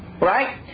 right